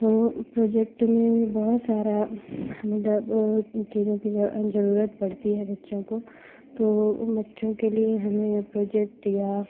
तो प्रोजेक्ट में में बहुत सारा मतलब चीज़ों की जो ज़रूरत पड़ती है बच्चों को तो बच्चों के लिए हमें प्रोजेक्ट या